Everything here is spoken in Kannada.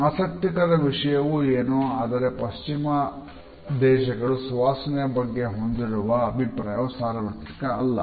ಆಸಕ್ತಿಕರ ವಿಷಯವೂ ಏನೋ ಅಂದರೆ ಪಶ್ಚಿಮ ದೇಶಗಳು ಸುವಾಸನೆ ಬಗ್ಗೆ ಹೊಂದಿರುವ ಅಭಿಪ್ರಾಯವು ಸಾರ್ವರ್ತ್ರಿಕ ಅಲ್ಲ